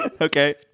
Okay